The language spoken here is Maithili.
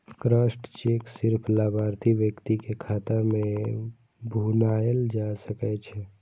क्रॉस्ड चेक सिर्फ लाभार्थी व्यक्ति के खाता मे भुनाएल जा सकै छै